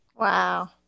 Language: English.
Wow